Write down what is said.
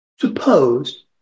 suppose